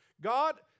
God